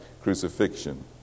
crucifixion